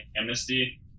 amnesty